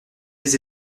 des